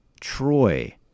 Troy